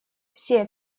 все